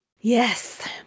Yes